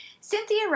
Cynthia